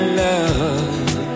love